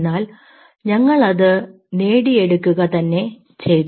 എന്നാൽ ഞങ്ങൾ അത് നേടിയെടുക്കുക തന്നെ ചെയ്തു